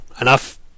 enough